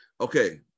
Okay